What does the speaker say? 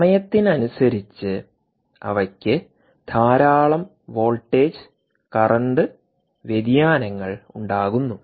സമയത്തിനനുസരിച്ച് അവയ്ക്ക് ധാരാളം വോൾട്ടേജ് കറന്റ് voltagecurrent വ്യതിയാനങ്ങൾ ഉണ്ടാകുന്നു